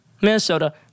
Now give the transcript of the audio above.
Minnesota